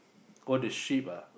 oh the ship ah